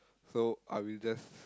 so I will just